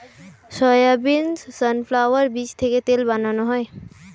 soybean, sunflower বীজ থেকে তেল বানানো হয়